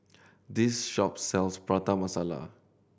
this shop sells Prata Masala